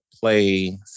play